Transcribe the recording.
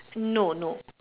no no